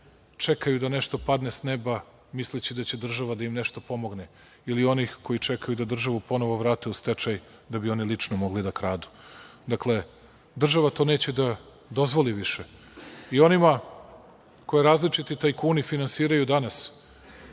čekaju da nešto padne sa neba, misleći da će država da im nešto pomogne ili onih koji čekaju da državu ponovo vrate u stečaj da bi oni lično mogli da kradu. Dakle, država to neće dozvoli više i onima koje različiti tajkuni finansiraju danas,